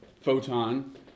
photon